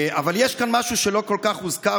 אבל יש כאן משהו שלא כל כך הוזכר,